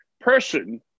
person